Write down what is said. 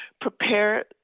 prepare